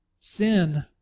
sin